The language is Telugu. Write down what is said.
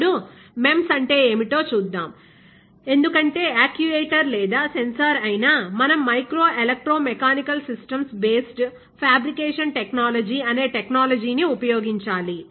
ఇప్పుడు MEMS అంటే ఏమిటో చూద్దాం ఎందుకంటే యాక్యూయేటర్ లేదా సెన్సార్అయినా మనం micro electromechanical systems based fabrication టెక్నాలజీఅనే టెక్నాలజీని ఉపయోగించాలి